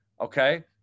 okay